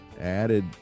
added